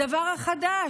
הדבר החדש,